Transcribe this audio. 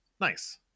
nice